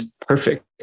perfect